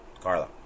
Carla